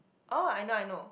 oh I know I know